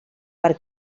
per